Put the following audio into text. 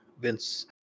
Vince